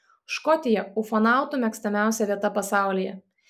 škotija ufonautų mėgstamiausia vieta pasaulyje